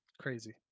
crazy